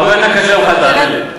הרבה יותר קשה ממך, תאמין לי.